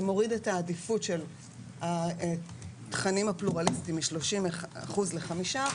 שמוריד את העדיפות של התכנים הפלורליסטיים מ-30% ל-5%,